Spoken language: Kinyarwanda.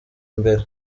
imbere